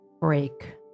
break